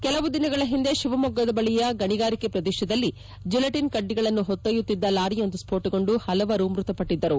ಕೆಲವು ದಿನಗಳ ಹಿಂದೆ ಶಿವಮೊಗ್ಗದ ಬಳಿಯ ಗಣಿಗಾರಿಕೆ ಪ್ರದೇಶದಲ್ಲಿ ಜಿಲೆಟಿನ್ ಕಡ್ಡಿಗಳನ್ನು ಹೊತ್ತೊಯ್ಯುತ್ತಿದ್ಲ ಲಾರಿಯೊಂದು ಸ್ಪೋಟಗೊಂಡು ಹಲವಾರು ಮಂದಿ ಮ್ಬತಪಟ್ಟಿದ್ದರು